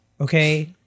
Okay